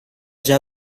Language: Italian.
già